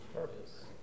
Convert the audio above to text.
purpose